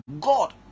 God